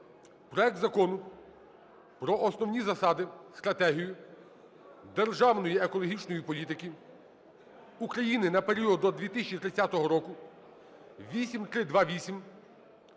проект Закону про Основні засади (стратегію) державної екологічної політики України на період до 2030 року (8328)